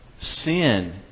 Sin